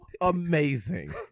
amazing